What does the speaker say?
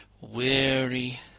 weary